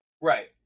right